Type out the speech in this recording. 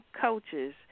coaches